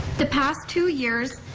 the past two years,